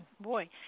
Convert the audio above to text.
Boy